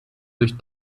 durch